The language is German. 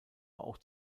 auch